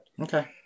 okay